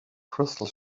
crystal